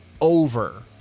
over